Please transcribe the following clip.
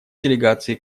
делегации